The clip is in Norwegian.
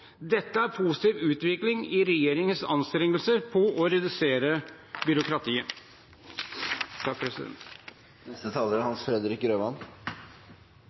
Dette er en positiv utvikling i regjeringens anstrengelser for å redusere byråkratiet.